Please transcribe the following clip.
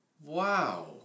Wow